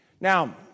Now